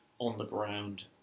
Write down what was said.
on-the-ground